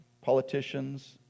politicians